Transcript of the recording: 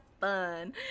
fun